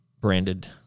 branded